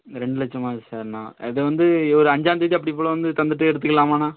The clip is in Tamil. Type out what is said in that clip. ரெண்டு லட்சமா சரிண்ணா அது வந்து ஒரு அஞ்சாந்தேதி போல் வந்து தந்துவிட்டு எடுத்துக்கலாமாண்ணா